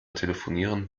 telefonieren